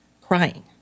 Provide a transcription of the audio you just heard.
crying